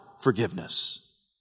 forgiveness